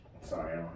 Sorry